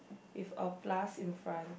with a plus in front